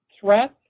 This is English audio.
threat